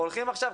הולכים עכשיו,